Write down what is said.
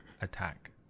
attack